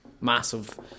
massive